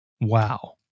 Wow